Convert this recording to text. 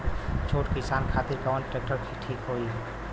छोट किसान खातिर कवन ट्रेक्टर ठीक होई?